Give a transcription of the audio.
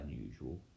unusual